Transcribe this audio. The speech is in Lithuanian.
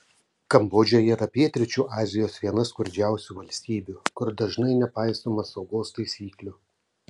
kambodža yra pietryčių azijos viena skurdžiausių valstybių kur dažnai nepaisoma saugos taisyklių